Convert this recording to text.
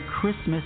Christmas